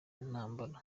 ntambara